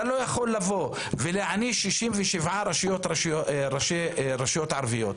אתה לא יכול לבוא ולהעניש 67 ראשי רשויות ערביות.